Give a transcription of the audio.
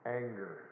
anger